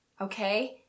okay